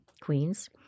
Queens